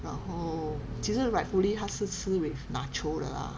然后其实 rightfully 还是吃 with nacho 的啦